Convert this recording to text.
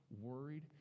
worried